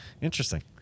Interesting